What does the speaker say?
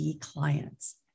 clients